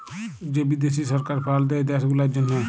যে বিদ্যাশি সরকার ফাল্ড দেয় দ্যাশ গুলার জ্যনহে